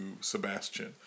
Sebastian